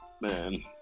Man